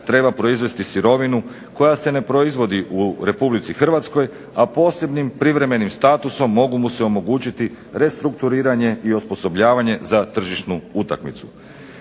treba proizvesti sirovinu koja se ne proizvodi u Republici Hrvatskoj, a posebnim privremenim statusom mogu mu se omogućiti restrukturiranje i osposobljavanje za tržišnu utakmicu.